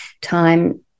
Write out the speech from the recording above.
time